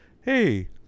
hey